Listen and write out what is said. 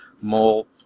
more